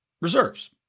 reserves